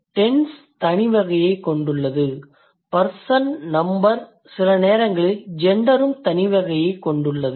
tense தனி வகையைக் கொண்டுள்ளது பர்சன் நம்பர் சிலநேரங்களில் ஜெண்டரும் தனி வகையைக் கொண்டுள்ளது